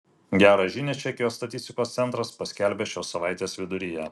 gerą žinią čekijos statistikos centras paskelbė šios savaitės viduryje